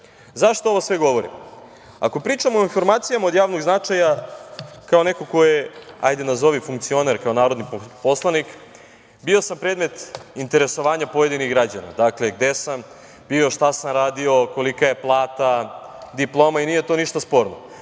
sve ovo govorim? Ako pričamo o informacijama od javnog značaja, kao neko ko je, hajde nazovi funkcioner, kao narodni poslanik, bio sam predmet interesovanja pojedinih građana, dakle, gde sam bio, šta sam radio, kolika je plata, diploma i nije to ništa